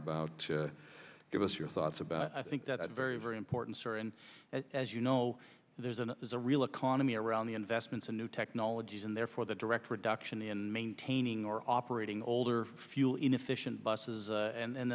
about give us your thoughts about i think that's very very important sir and as you know there's an there's a real economy around the investments in new technologies and therefore the direct reduction in maintaining or operating older fuel inefficient buses a